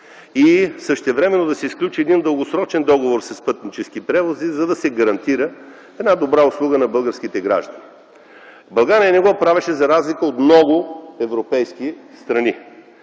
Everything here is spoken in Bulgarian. Същевременно да се сключи един дългосрочен договор с „Пътнически превози”, за да се гарантира добра услуга на българските граждани. България не го правеше, за разлика от много европейски страни,